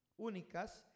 únicas